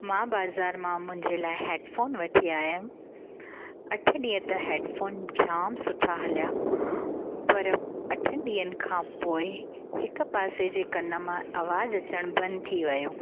मां बाज़ारि मां मुंहिंजे लाइ हैडफ़ोन वठी आयमि अठ ॾींहं त हैडफ़ोन जाम सुठा हलिया पर अठनि ॾींहंनि खां पोइ हिकु पासे जे कन मां आवाज़ु अचणु बंदि थी वियो